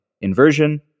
inversion